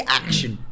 action